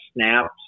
snaps